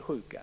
sjuka.